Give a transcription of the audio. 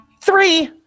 Three